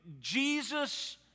Jesus